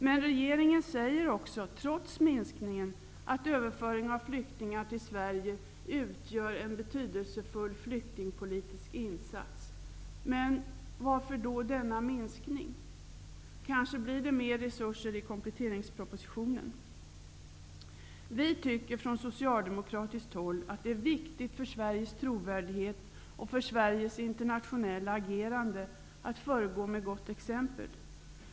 Men regeringen säger också, trots minskningen, att överföring av flyktingar till Sverige utgör en betydelsefull flyktingpolitisk insats. Varför då denna minskning? Det blir kanske mer resurser i kompletteringspropositionen. Vi socialdemokrater tycker att det är viktigt för Sveriges trovärdighet och för Sveriges internationella agerande att föregå med gott exempel.